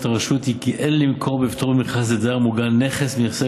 מדיניות הרשות היא כי אין למכור בפטור ממכרז לדייר מוגן נכס מנכסי